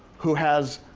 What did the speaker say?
who has